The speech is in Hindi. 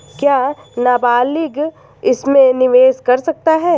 क्या नाबालिग इसमें निवेश कर सकता है?